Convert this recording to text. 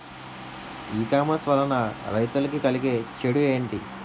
ఈ కామర్స్ వలన రైతులకి కలిగే చెడు ఎంటి?